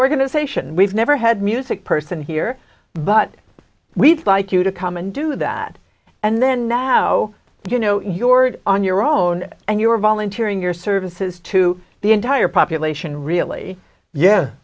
organization we've never had music person here but we'd like you to come and do that and then now you know your on your own and you are volunteering your services to the entire population rea